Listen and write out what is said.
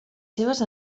seves